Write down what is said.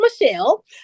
michelle